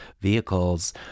vehicles